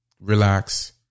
relax